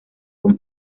con